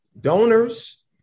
Donors